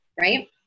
right